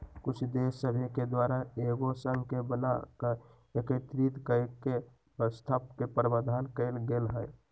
कुछ देश सभके द्वारा एगो संघ के बना कऽ एकीकृत कऽकेँ व्यवस्था के प्रावधान कएल गेल हइ